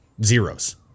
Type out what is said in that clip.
zeros